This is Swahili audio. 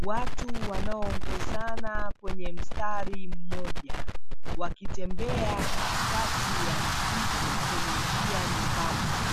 Watu wanaoongozana kwenye mstari mmoja, wakitembea katikati ya msitu kwenye njia nyembamba,